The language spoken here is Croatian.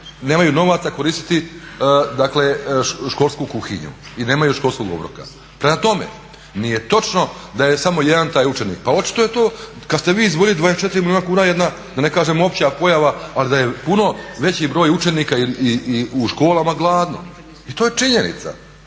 nemaju novaca koristiti školsku kuhinju i nemaju školskog obroka. Prema tome, nije točno da je samo jedan taj učenik, pa očito je to kada ste vi izdvojili 24 milijuna kuna da ne kažem opća pojava ali da je puno veći broj učenika i u školama gladno i to je činjenica,